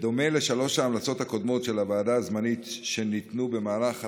בדומה לשלוש ההמלצות הקודמות של הוועדה הזמנית שניתנו במהלך 2019,